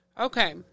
Okay